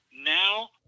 Now